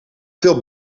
veel